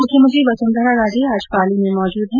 मुख्यमंत्री वसुंधरा राजे आज पाली में मौजूद है